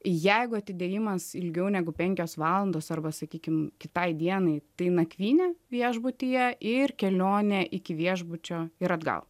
jeigu atidėjimas ilgiau negu penkios valandos arba sakykim kitai dienai tai nakvynė viešbutyje ir kelionė iki viešbučio ir atgal